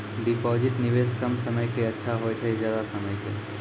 Deposit निवेश कम समय के के अच्छा होय छै ज्यादा समय के?